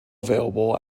available